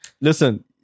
listen